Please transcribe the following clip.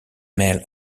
male